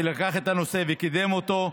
שלקח את הנושא וקידם אותו.